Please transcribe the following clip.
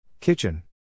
Kitchen